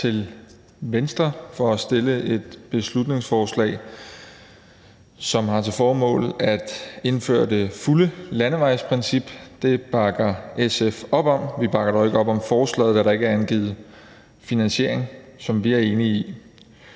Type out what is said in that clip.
til Venstre for at fremsætte et beslutningsforslag, som har til formål at indføre det fulde landevejsprincip. Det bakker SF op om. Vi bakker dog ikke op om forslaget, da der ikke er angivet finansiering, som vi er enige i.